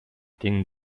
ding